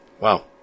Wow